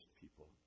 people